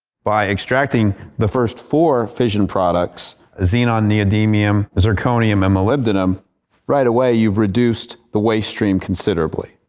by extracting the first four fission products xenon, neodymium, zirconium and molybdenum right away you've reduced the waste stream considerably.